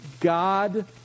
god